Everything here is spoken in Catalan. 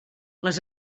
les